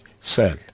cell